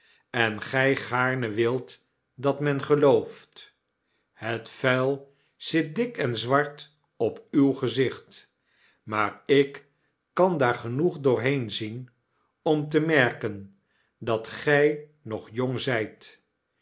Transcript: en gy gaarne wilt dat men gelooft het vuil zit dik en zwart op uw gezicht maar ik kan daar genoeg doorheen zien om te merken dat gij nog jong zyt